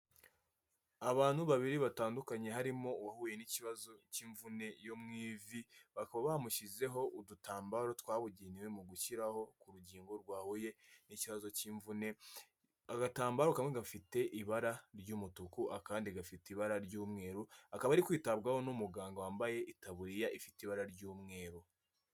Abantu babiri batandukanye harimo uwahuye n'ikibazo k'imvune yo mu' ivi, bakaba bamushyizeho udutambaro twabugenewe mu gushyiraho ku rugingo rwahuye n'ikibazo k'imvune, agatambaro kamwe gafite ibara ry'umutuku, akandi gafite ibara ry'umweru, akaba ari kwitabwaho n'umuganga wambaye itaburiya ifite ibara ry'umweru.